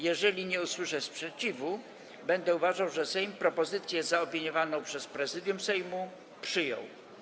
Jeżeli nie usłyszę sprzeciwu, będę uważał, że Sejm propozycję zaopiniowaną przez Prezydium Sejmu przyjął.